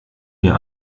wir